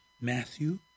Matthew